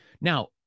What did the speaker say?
Now